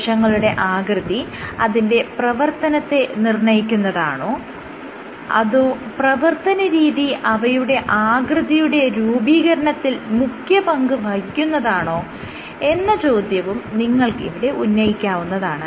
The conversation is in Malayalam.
കോശങ്ങളുടെ ആകൃതി അതിന്റെ പ്രവർത്തനത്തെ നിർണ്ണയിക്കുന്നതാണോ അതോ പ്രവർത്തനരീതി അവയുടെ ആകൃതിയുടെ രൂപീകരണത്തിൽ മുഖ്യപങ്ക് വഹിക്കുന്നതാണോ എന്ന ചോദ്യവും നിങ്ങൾക്ക് ഇവിടെ ഉന്നയിക്കാവുന്നതാണ്